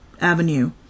Avenue